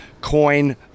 coin